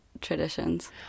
traditions